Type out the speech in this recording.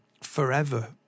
forever